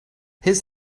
his